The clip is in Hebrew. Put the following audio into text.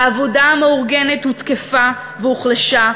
העבודה המאורגנת הותקפה והוחלשה,